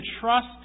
trust